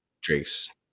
Drake's